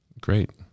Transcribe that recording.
Great